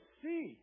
see